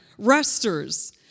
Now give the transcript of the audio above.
resters